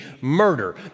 murder